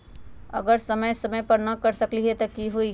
अगर समय समय पर न कर सकील त कि हुई?